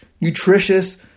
nutritious